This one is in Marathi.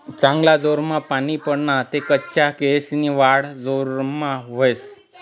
चांगला जोरमा पानी पडना ते कच्चा केयेसनी वाढ जोरमा व्हस